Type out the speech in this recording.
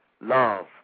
love